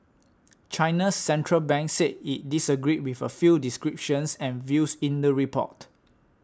China's Central Bank said it disagreed with a few descriptions and views in the report